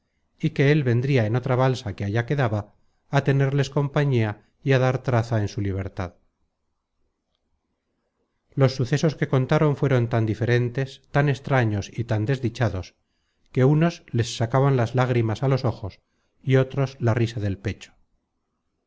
y que él vendria en otra balsa que allá quedaba á tenerles compañía y á dar traza en su libertad sacas content from google book search generated at los sucesos que contaron fueron tan diferentes tan extraños y tan desdichados que unos les sacaban las lágrimas á los ojos y otros la risa del pecho